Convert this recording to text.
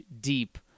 deep